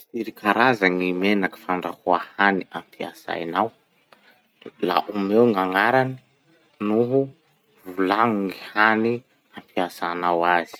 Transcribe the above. Firy karaza gny menaky fandrahoa hany ampiasainao? La omeo gn'agnarany noho volagno gny hany ampiasanao azy.